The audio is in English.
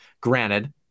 Granted